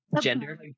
Gender